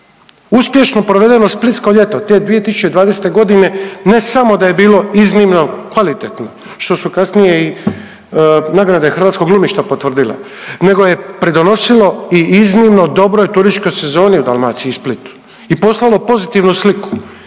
Uspješno provedeno „Splitsko ljeto“ te 2020.g. ne samo da je bilo iznimno kvalitetno, što su kasnije i nagrade hrvatskog glumišta potvrdile, nego je pridonosilo i iznimno dobroj turističkoj sezoni u Dalmaciji i Splitu i poslalo pozitivnu sliku